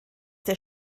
der